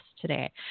today